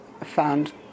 found